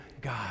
God